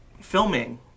filming